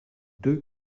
deux